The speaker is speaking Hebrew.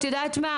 את יודעת מה,